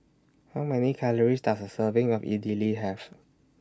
How Many Calories Does A Serving of Idili Have